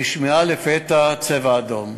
נשמע לפתע "צבע אדום".